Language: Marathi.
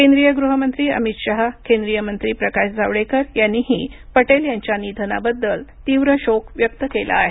केंद्रीय गृहमंत्री अमित शहा केंद्रीय मंत्री प्रकाश जावडेकर यांनीही पटेल यांच्या निधनाबद्दल तीव्र शोक व्यक्त केला आहे